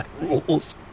rules